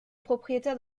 propriétaire